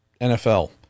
NFL